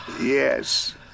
Yes